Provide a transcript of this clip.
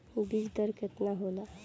बीज दर केतना होला?